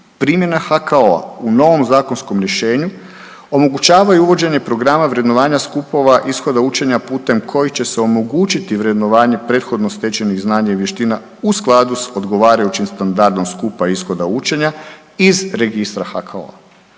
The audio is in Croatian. primjena HKO-a u novom zakonskom rješenju omogućava i uvođenje programa vrednovanja skupova ishoda učenja putem kojih će se omogućiti vrednovanje prethodno stečenih znanja i vještina u skladu s odgovarajućim standardom skupa ishoda učenja iz registra HKO-a.